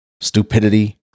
stupidity